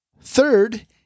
Third